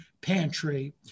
pantry